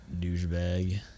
douchebag